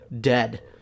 dead